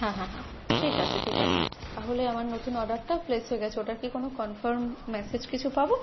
হ্যাঁ হ্যাঁ হ্যাঁ ঠিক আছে ঠিক আছে তাহলে আমার নতুন অর্ডারটা প্লেস হয়ে গেছে ওটার কি কোনও কনফার্ম মেসেজ কিছু পাবো